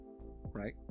right